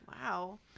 Wow